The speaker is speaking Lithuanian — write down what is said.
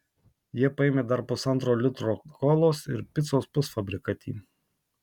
jie paėmė dar pusantro litro kolos ir picos pusfabrikatį